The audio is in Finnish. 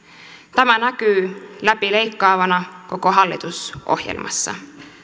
tämä näkyy läpi leikkaavana koko hallitusohjelmassa